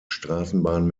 straßenbahn